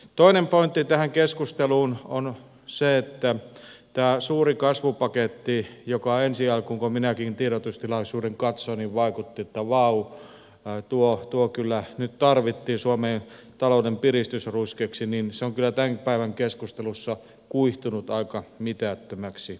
toinen pointti tähän keskusteluun on se että tämä suuri kasvupaketti joka ensi alkuun kun minäkin tiedotustilaisuuden katsoin vaikutti siltä että vau tuo kyllä nyt tarvittiin suomen talouden piristysruiskeeksi on kyllä tämän päivän keskustelussa kuihtunut aika mitättömäksi